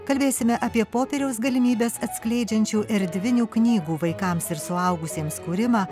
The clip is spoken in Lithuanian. kalbėsime apie popieriaus galimybes atskleidžiančių erdvinių knygų vaikams ir suaugusiems kūrimą